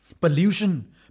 pollution